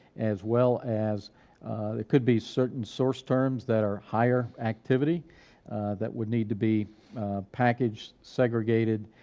as well as there could be certain source terms that are higher activity that would need to be packaged, segregated,